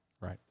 Right